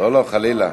לא, לא, חלילה.